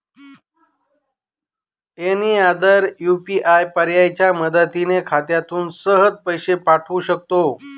any other UPI पर्यायाच्या मदतीने खात्यातून सहज पैसे पाठवू शकतो